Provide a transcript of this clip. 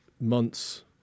months